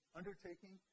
undertaking